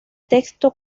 texto